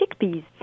chickpeas